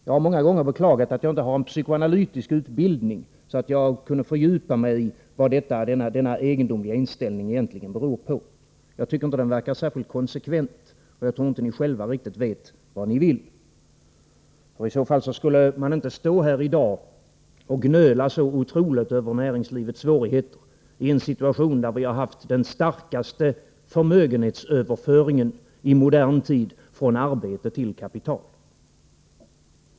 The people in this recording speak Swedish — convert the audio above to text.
Jag har många gånger beklagat att jag inte har en psykoanalytisk utbildning så att jag kunde fördjupa mig i vad denna egendomliga inställning egentligen beror på. Jag tycker inte att den verkar särskilt konsekvent, och jag tror inte att ni själva riktigt vet vad ni vill. Visste ni det skulle ni inte stå här i dag och gnöla så otroligt över näringslivets svårigheter, när situationen är den att vi har haft den starkaste förmögenhetsöverföringen i modern tid från arbete till kapital.